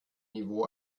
niveau